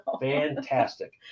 fantastic